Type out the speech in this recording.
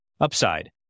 upside